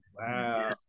Wow